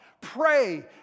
Pray